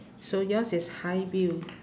so yours is hi bill